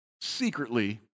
secretly